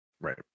Right